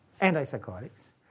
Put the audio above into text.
antipsychotics